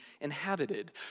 inhabited